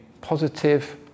positive